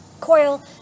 coil